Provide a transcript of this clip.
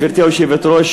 גברתי היושבת-ראש,